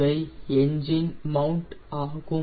இவை engine mount ஆகும்